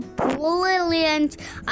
brilliant